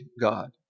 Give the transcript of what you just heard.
God